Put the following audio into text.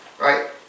right